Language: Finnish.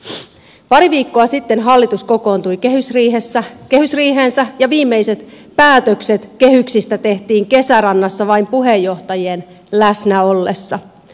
pari viikkoa sitten hallitus kokoontui kehysriiheensä ja viimeiset päätökset kehyksistä tehtiin kesärannassa vain puheenjohtajien läsnä ollessa